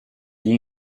gli